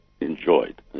Enjoyed